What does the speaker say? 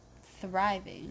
thriving